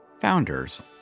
founders